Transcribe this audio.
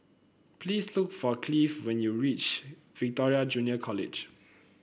please look for Cleave when you reach Victoria Junior College